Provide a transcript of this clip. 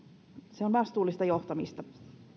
se on vastuullista johtamista